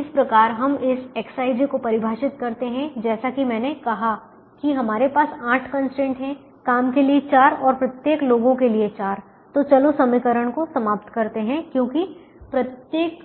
इस प्रकार हम इस Xij को परिभाषित करते हैं जैसा कि मैंने कहा कि हमारे पास आठ कंस्ट्रेंट हैं काम के लिए चार और प्रत्येक लोगों के लिए चार तो चलो समीकरण को समाप्त करते हैं क्योंकि प्रत्येक